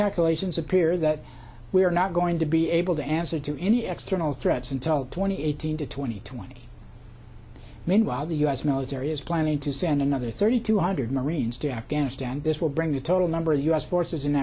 calculations appear that we are not going to be able to answer to any external threats until twenty eighteen to twenty twenty meanwhile the u s military is planning to send another thirty two hundred marines to afghanistan this will bring the total number of u s forces in